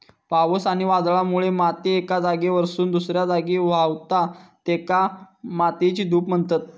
पावस आणि वादळामुळे माती एका जागेवरसून दुसऱ्या जागी व्हावता, तेका मातयेची धूप म्हणतत